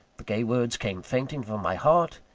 the gay words came fainting from my heart,